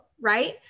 right